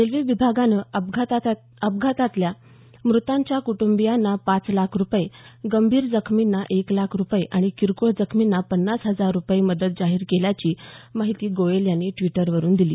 railway विभागानं अपघातातल्या मृतांच्या कुटुंबियांना पाच लाख रुपये गंभीर जखमींना एक लाख आणि किरकोळ जखमींना पन्नास हजार रुपये मदत जाहीर केल्याची माहिती गोयल यांनी ट्विटरवरुन दिली